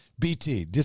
BT